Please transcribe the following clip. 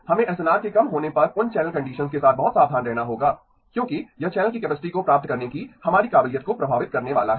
हमें एसएनआर के कम होने पर उन चैनल कंडीशन्स के साथ बहुत सावधान रहना होगा क्योंकि यह चैनल की कैपेसिटी को प्राप्त करने की हमारी काबिलियत को प्रभावित करने वाला है